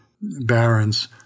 barons